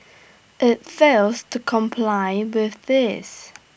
IT fails to comply with this